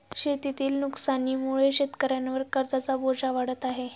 शेतीतील नुकसानीमुळे शेतकऱ्यांवर कर्जाचा बोजा वाढत आहे